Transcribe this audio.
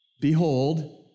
Behold